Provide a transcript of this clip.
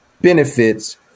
benefits